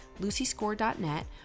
lucyscore.net